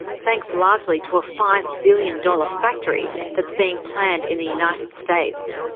thanks largely to a five billion dollars factory that's being planned in the united states.